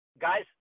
guys